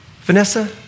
Vanessa